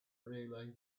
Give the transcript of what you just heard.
really